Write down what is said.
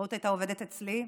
רעות הייתה עובדת אצלי,